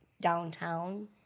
downtown